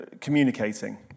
communicating